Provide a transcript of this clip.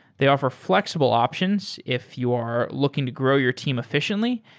they offer flexible options if you're looking to grow your team efficiently,